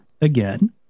again